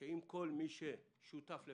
שעם כל מי ששותף לכך,